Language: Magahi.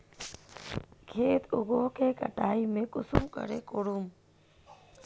खेत उगोहो के कटाई में कुंसम करे करूम?